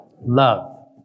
Love